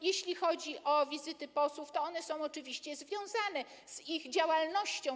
Jeśli chodzi o wizyty posłów, to one są oczywiście związane z ich działalnością.